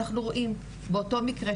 אנחנו רואים באותו מקרה,